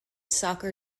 soccer